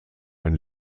ein